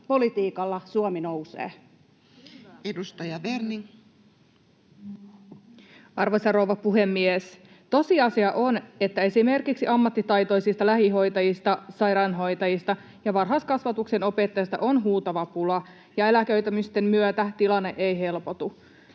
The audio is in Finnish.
vuodelle 2024 Time: 11:43 Content: Arvoisa rouva puhemies! Tosiasia on, että esimerkiksi ammattitaitoisista lähihoitajista, sairaanhoitajista ja varhaiskasvatuksen opettajista on huutava pula, ja eläköitymisten myötä tilanne ei helpotu.